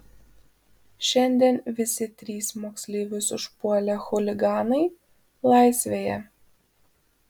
šiandien visi trys moksleivius užpuolę chuliganai laisvėje